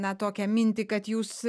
na tokią mintį kad jūs